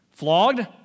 flogged